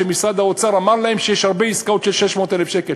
שמשרד האוצר אמר להם שיש הרבה עסקאות של 600,000 שקל.